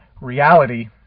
reality